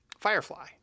firefly